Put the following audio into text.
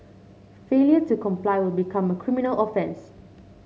failure to comply will become a criminal offence